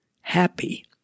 happy